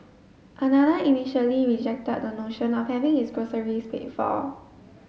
another initially rejected the notion of having his groceries paid for